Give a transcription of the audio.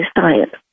science